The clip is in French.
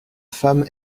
femme